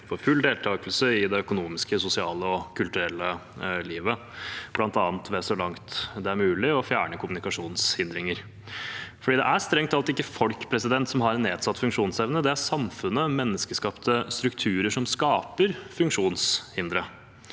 for full deltakelse i det økonomiske, sosiale og kulturelle livet, bl.a. ved så langt det er mulig å fjerne kommunikasjonshindringer. Det er strengt tatt ikke folk som har en nedsatt funksjonsevne, det er samfunnet og menneskeskapte strukturer som skaper funksjonshindre.